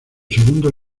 segundo